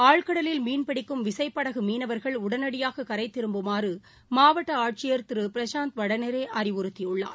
ஆழ்கடலில் மீன்பிடிக்கும் விசைப்படகுமீனவா்கள் உடனடியாககரைதிரும்புமாறுமாவட்டஆட்சியா் திருபிரசாந்த் வடநேரேஅறிவுறுத்தியுள்ளார்